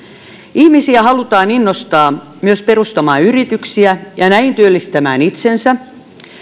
ihmisiä halutaan innostaa myös perustamaan yrityksiä ja näin työllistämään itsensä